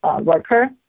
worker